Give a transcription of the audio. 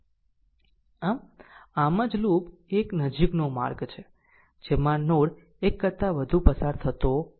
આમ આમ જ લૂપ એ એક નજીકનો માર્ગ છે જેમાં નોડ એક કરતા વધુ પસાર થતો નથી